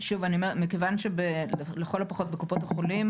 שוב אני אומרת: מכיוון שלכל הפחות בקופות החולים